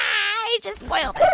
i just spoiled it